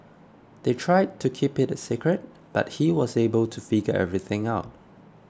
they tried to keep it a secret but he was able to figure everything out